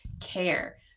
care